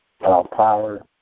power